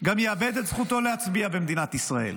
גם יאבד את זכותו להצביע במדינת ישראל.